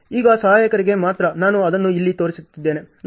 ಈಗ ಸಹಾಯಕರಿಗೆ ಮಾತ್ರ ನಾನು ಅದನ್ನು ಇಲ್ಲಿ ತೋರಿಸುತ್ತಿದ್ದೇನೆ